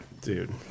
Dude